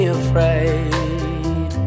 afraid